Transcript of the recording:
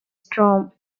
storm